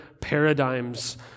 paradigms